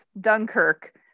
Dunkirk